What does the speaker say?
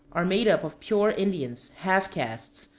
are made up of pure indians, half-castes,